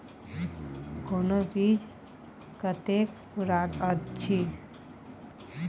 कोनो बीज कतेक पुरान अछि?